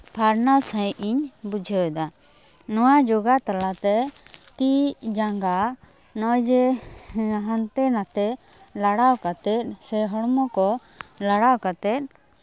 ᱯᱷᱟᱨᱱᱟᱣ ᱥᱟᱺᱦᱤᱡ ᱤᱧ ᱵᱩᱡᱷᱟᱹᱣ ᱮᱫᱟ ᱱᱚᱣᱟ ᱡᱳᱜᱟ ᱛᱟᱞᱟᱛᱮ ᱛᱤ ᱡᱟᱸᱜᱟ ᱱᱚᱜᱼᱚᱭ ᱡᱮ ᱦᱟᱱᱛᱮ ᱱᱟᱛᱮ ᱞᱟᱲᱟᱣ ᱠᱟᱛᱮᱫ ᱥᱮ ᱦᱚᱲᱢᱚ ᱠᱚ ᱞᱟᱲᱟᱣ ᱠᱟᱛᱮᱫ